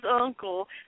uncle